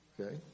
okay